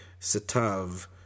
setav